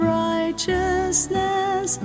righteousness